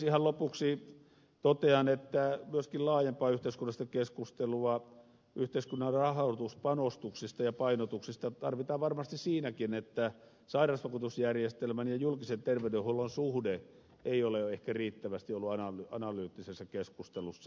ihan lopuksi totean että myöskin laajempaa yhteiskunnallista keskustelua yhteiskunnan rahoituspanostuksista ja painotuksista tarvitaan varmasti siinäkin että sairausvakuutusjärjestelmän ja julkisen terveydenhuollon suhde ei ole ehkä riittävästi ollut analyyttisessa keskustelussa